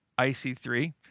IC3